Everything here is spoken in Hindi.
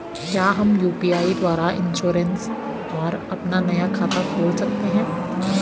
क्या हम यु.पी.आई द्वारा इन्श्योरेंस और अपना नया खाता खोल सकते हैं?